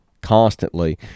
constantly